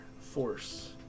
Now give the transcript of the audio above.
force